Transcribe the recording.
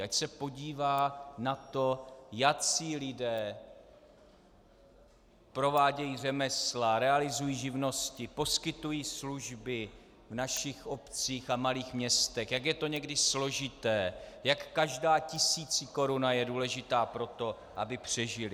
Ať se podívá na to, jací lidé provádějí řemesla, realizují živnosti, poskytují služby v našich obcích a malých městech, jak je to někdy složité, jak každá tisícikoruna je důležitá pro to, aby přežili.